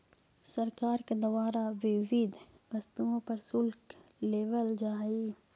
सरकार के द्वारा विविध वस्तु पर शुल्क लेवल जा हई